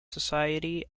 society